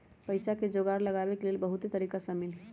पइसा के जोगार लगाबे के लेल बहुते तरिका शामिल हइ